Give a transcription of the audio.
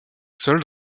sol